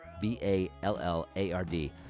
B-A-L-L-A-R-D